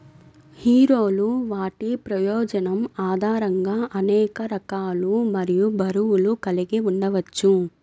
హీరోలు వాటి ప్రయోజనం ఆధారంగా అనేక రకాలు మరియు బరువులు కలిగి ఉండవచ్చు